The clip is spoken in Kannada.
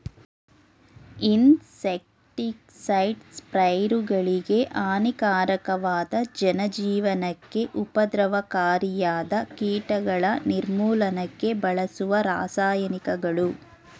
ಇನ್ಸೆಕ್ಟಿಸೈಡ್ಸ್ ಪೈರುಗಳಿಗೆ ಹಾನಿಕಾರಕವಾದ ಜನಜೀವನಕ್ಕೆ ಉಪದ್ರವಕಾರಿಯಾದ ಕೀಟಗಳ ನಿರ್ಮೂಲನಕ್ಕೆ ಬಳಸುವ ರಾಸಾಯನಿಕಗಳು